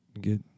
get